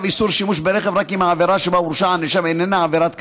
איסור שימוש ברכב רק אם העבירה שבה הורשע הנאשם איננה עבירת קנס,